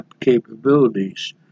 capabilities